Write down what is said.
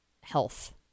health